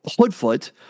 Hoodfoot